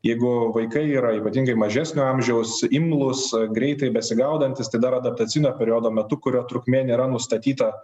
jeigu vaikai yra ypatingai mažesnio amžiaus imlūs greitai besigaudantys tai dar adaptacinio periodo metu kurio trukmė nėra nustatyta